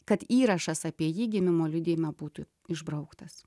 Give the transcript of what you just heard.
kad įrašas apie jį gimimo liudijime būtų išbrauktas